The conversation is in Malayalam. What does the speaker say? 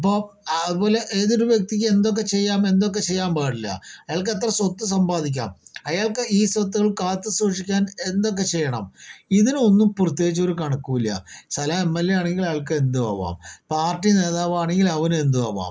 ഇപ്പൊൾ ആകുല ഏതൊരു വ്യക്തിക്ക് എന്തൊക്കെ ചെയ്യാം എന്തൊക്കെ ചെയ്യാൻ പാടില്ല അയാൾക്ക് എത്ര സ്വത്ത് സമ്പാദിക്കാം അയാൾക്ക് ഈ സ്വത്തുക്കൾ കാത്തു സൂക്ഷിക്കാൻ എന്തൊക്കെ ചെയ്യണം ഇതിനൊന്നും പ്രത്യേകിച്ച് ഒരു കണക്കും ഇല്ല സ്ഥലം എം ൽ എ ആണെങ്കിൽ അയാൾക്ക് എന്തും ആകാം പാർട്ടി നേതാവാണെങ്കിൽ അവനും എന്തും ആകാം